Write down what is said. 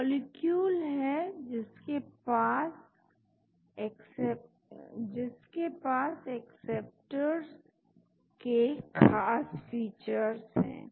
molecule है जिसके पास एक्सेप्टर के खास फीचर्स है